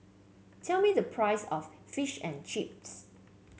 tell me the price of Fish and Chips